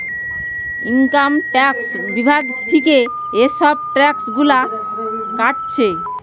income tax বিভাগ থিকে এসব ট্যাক্স গুলা কাটছে